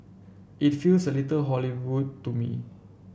it feels a little Hollywood to me